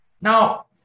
Now